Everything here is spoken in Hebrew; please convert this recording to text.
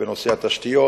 אלימות,